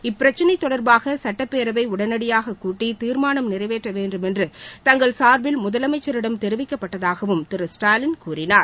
இப்பிரச்னை தொடர்பாக சட்டப்பேரவையை உடனடியாக கூட்டி தீர்மானம் நிறைவேற்ற வேண்டுமென்று தங்கள் சார்பில் முதலமைச்சரிடம் தெரிவிக்கப்பட்டதாகவும் திரு ஸ்டாலின் கூறினார்